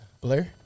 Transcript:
Blair